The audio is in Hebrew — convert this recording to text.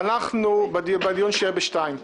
בדיון שיהיה ב-14:00.